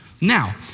Now